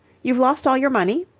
you've lost all your money?